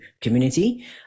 community